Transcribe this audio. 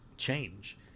change